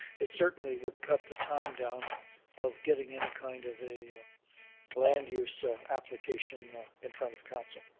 it certainly would cut the time down of getting any kind of a land use application in front of council.